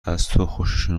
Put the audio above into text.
خوششون